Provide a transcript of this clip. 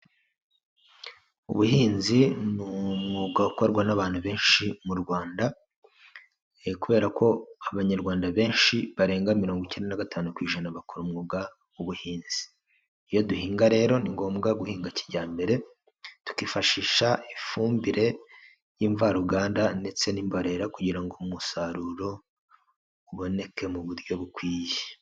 Ubuhinzi ni umwuga ukorwa n'abantu benshi mu Rwanda, kubera ko abanyarwanda benshi barenga mirongo icyenda na gatanu ku ijana bakora umwuga w'ubuhinzi. Iyo duhinga rero ni ngombwa guhinga kijyambere, tukifashisha ifumbire y'imvaruganda ndetse n'imborera kugira ngo umusaruro uboneke mu buryo bukwiye.